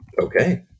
Okay